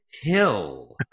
hill